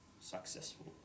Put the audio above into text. successful